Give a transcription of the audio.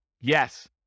Yes